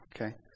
okay